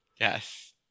yes